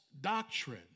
doctrine